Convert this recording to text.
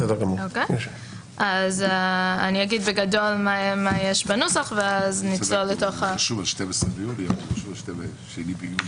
אנחנו יכולים מבחינתי היום לסיים את הנוסח ולהפיץ לקריאה שנייה ושלישית,